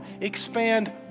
Expand